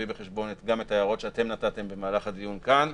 בחשבון גם את ההערות שנתתם במהלך הדיון כאן,